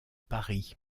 paris